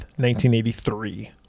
1983